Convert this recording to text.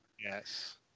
Yes